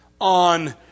on